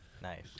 Nice